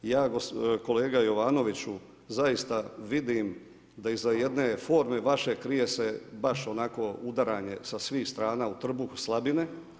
Ja kolega Jovanoviću zaista vidim da iza jedne forme vaše krije se baš onako udaranje sa svih strana u trbuh, slabine.